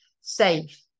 safe